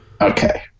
Okay